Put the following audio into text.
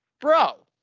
Bro